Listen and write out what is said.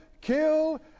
kill